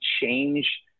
change